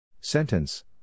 Sentence